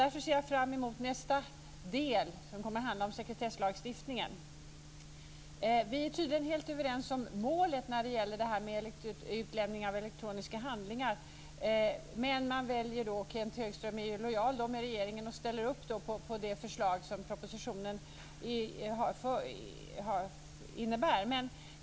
Därför ser jag fram emot nästa del, som kommer att handla om sekretesslagstiftningen. Vi är tydligen helt överens om målet när det gäller utlämning av elektroniska handlingar. Men Kenth Högström är lojal med regeringen och ställer upp på det förslag som propositionen innebär.